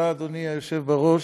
תודה, אדוני היושב בראש,